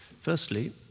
Firstly